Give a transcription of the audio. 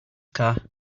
car